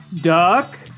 duck